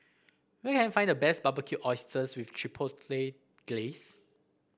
where can I find the best Barbecued Oysters with Chipotle Glaze